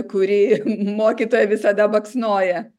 kurį mokytoja visada baksnoja